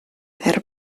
eder